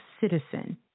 citizen